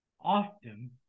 Often